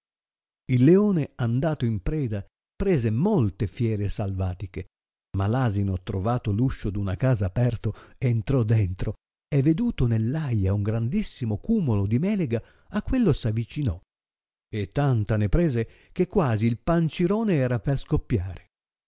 il leone andato in preda prese molte fiere salvatiche ma l'asino trovato r uscio d una casa aperto entrò dentro e veduto neir aia un grandissimo cumolo di melega a quello s'avicinò e tanta ne prese che quasi il pancirone era per scoppiare